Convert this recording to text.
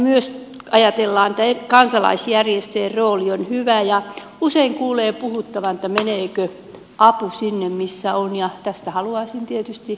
myös ajatellaan että kansalaisjärjestöjen rooli on hyvä ja usein kuulee puhuttavan meneekö apu sinne missä tarvitaan ja tästä haluaisin tietysti ministerin kommentit